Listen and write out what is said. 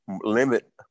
limit